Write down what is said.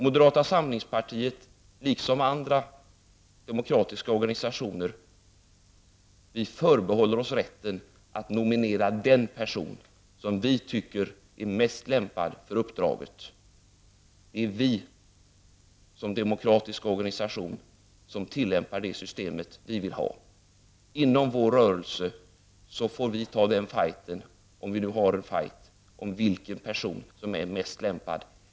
Moderata samlingspartiet, liksom andra demokratiska organisationer, förbehåller sig rätten att nominera den person som man anser mest lämpad för uppdraget. Som demokratisk organisation tillämpar vi i moderata samlingspartiet det system som vi vill ha. Inom vår rörelse får vi, om det blir nödvändigt, ta strid om vilken person som är mest lämpad.